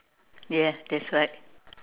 yes that's right